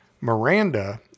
Miranda